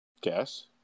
guess